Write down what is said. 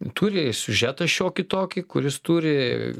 turi siužetą šiokį tokį kuris turi